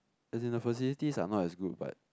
as in the facilities are not that good but